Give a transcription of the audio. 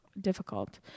difficult